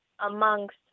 amongst